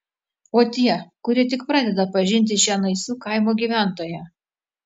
o tie kurie tik pradeda pažinti šią naisių kaimo gyventoją